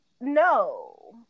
No